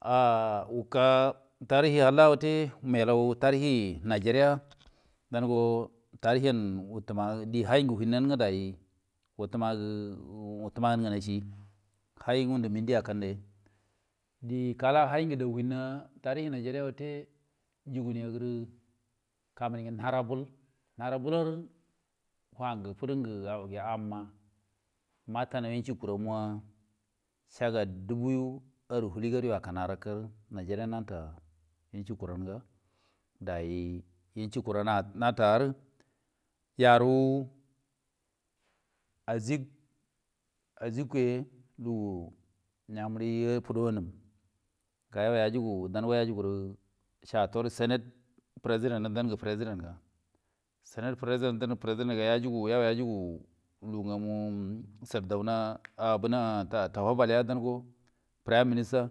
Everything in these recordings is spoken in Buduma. Ah wuka tarihi halla wute melau tarihi nigeria mambo tarihin wutu magen de hai ngi hin ni wo wulaige dai hai minti akan yu die kala hin nuwa ge tarihi kala ngeriya dagi kaminige nahara bul lo yai wo nahara bul nahara bolwo hangi amma fudingi makano yenci ku romma haga dubuyo aru hilgarwo akan arokki ta inci kuronmuga dayi inci kurommu dayi natari yru ajikawe aji nameriye fudo anun ga yajugu yagugu naore senet peresiden nga senet president dan ge presiden nga yo yojuguglugu gamu sardauna tafa bhewa go prim minister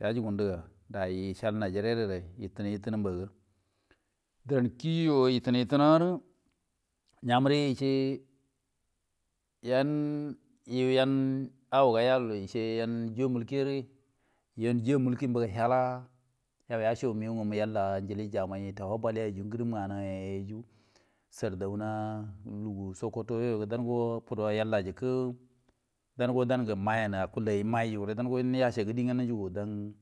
yo deyyi san nigeriya wo yitinai yilinai mba go ga dirran kie wo, nyeneni lu yan yuyan nugo ke juyon mulki yon juyon mulkinba hala yen mego jamai yellange tafabewange ngrimmange ye yai sardauna lugu sokoto yenge fodo yella geki den go dange mai yon geki ai mai yon.